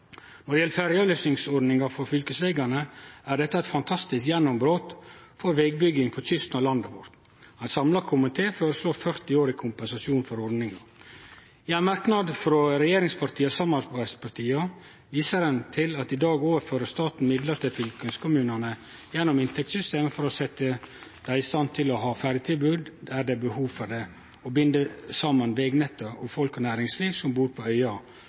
Når det gjeld ferjeavløysingsordninga for fylkesvegane, er dette eit fantastisk gjennombrot for vegbygging på kysten av landet vårt. Ein samla komité føreslår 40 år i kompensasjon for ordninga. I ein merknad frå regjeringspartia og samarbeidspartia viser ein til at staten i dag overfører midlar til fylkeskommunane gjennom inntektssystemet for å setje dei i stand til å ha ferjetilbod der det er behov for det for å binde saman vegnettet og folk og næringsliv som bur på øyar,